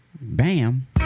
Bam